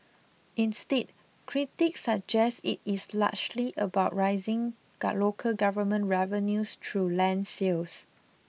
instead critics suggest it is largely about raising local government revenues through land sales